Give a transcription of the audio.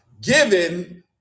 given